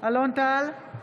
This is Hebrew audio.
אלון טל,